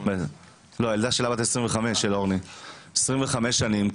בת 25. 25 שנים.